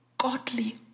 godly